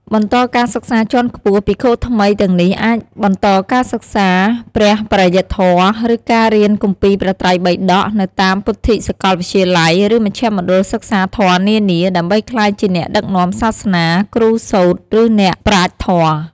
បន្តការសិក្សាជាន់ខ្ពស់ ភិក្ខុថ្មីទាំងនេះអាចបន្តការសិក្សាព្រះបរិយត្តិធម៌ ឬ ការរៀនគម្ពីរព្រះត្រៃបិដក នៅតាមពុទ្ធិកសាកលវិទ្យាល័យ ឬមជ្ឈមណ្ឌលសិក្សាធម៌នានា ដើម្បីក្លាយជាអ្នកដឹកនាំសាសនា គ្រូសូត្រ ឬអ្នកប្រាជ្ញធម៌។